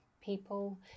people